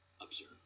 Observe